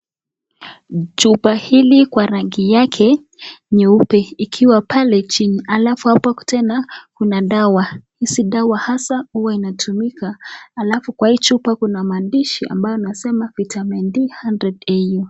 Chupa hili kwa rangi yake nyeupe, ikiwa pale chini alafu hapa tena kuna dawa. Hizi dawa hasa huwa inatumika. Alafu kwa kuna maadhishi ambayo inasema Vitamin D 100AU .